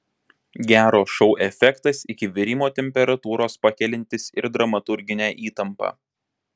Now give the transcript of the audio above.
gero šou efektas iki virimo temperatūros pakeliantis ir dramaturginę įtampą